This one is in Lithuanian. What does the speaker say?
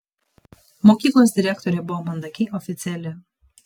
mokyklos direktorė buvo mandagiai oficiali